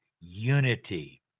unity